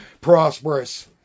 prosperous